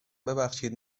ببخشید